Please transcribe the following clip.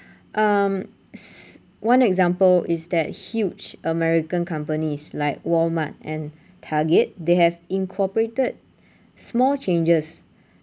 um s~ one example is that huge american companies like walmart and target they have incorporated small changes